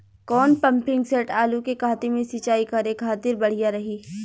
कौन pumping set आलू के कहती मे सिचाई करे खातिर बढ़िया रही?